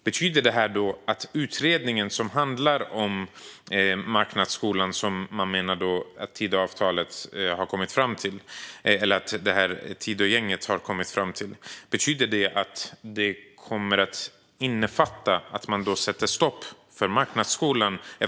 Betyder det att utredningen som handlar om marknadsskolan, som man menar att Tidögänget har kommit fram till, kommer att innefatta att sätta stopp för marknadsskolan?